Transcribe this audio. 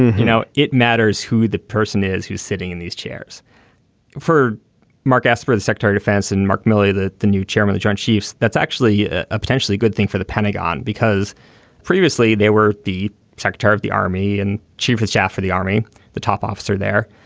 you know it matters who the person is who's sitting in these chairs for mark esper the secretary defense and mark milley the the new chairman the joint chiefs. that's actually a potentially good thing for the pentagon because previously they were the secretary of the army and chief of staff for the army the top officer there.